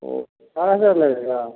ओह चार हज़ार लगेगा